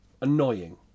annoying